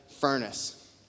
furnace